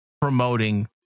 promoting